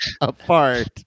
apart